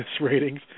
ratings